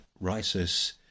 Rises